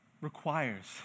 requires